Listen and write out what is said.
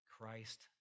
Christ